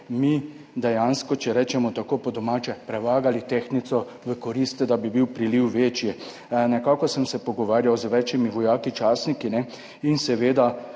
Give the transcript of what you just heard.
mi dejansko, če rečemo tako po domače, prevagali tehtnico v korist, da bi bil priliv večji. Pogovarjal sem se z več vojaki, častniki in seveda